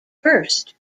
first